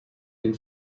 den